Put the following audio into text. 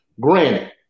granted